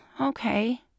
okay